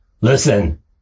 Listen